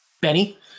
Benny